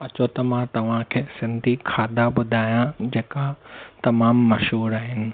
अचो त मां तव्हांखे सिंधी खाधा ॿुधाया जेका तमामु मशहूर आहिनि